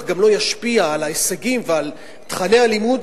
לא ישפיע גם על ההישגים ועל תוכני הלימוד,